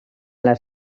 les